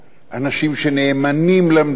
אנשים שנאמנים למדינה.